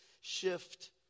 shift